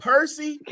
Percy